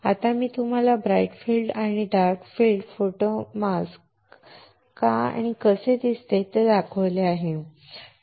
आता मी तुम्हाला ब्राइट फील्ड आणि डार्क फील्ड फोटो मास्क आणि ते कसे दिसते ते दाखवले आहे